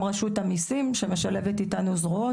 גם רשות המיסים שמשלבת איתנו זרועות,